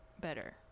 better